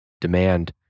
demand